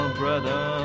brother